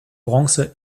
bronze